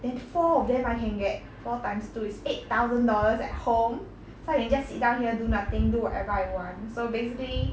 then four of them I can get four times two is eight thousand dollars at home so I can just sit down here do nothing do whatever I want so basically